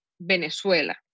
Venezuela